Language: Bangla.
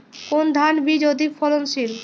কোন ধান বীজ অধিক ফলনশীল?